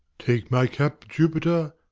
take my cap, jupiter,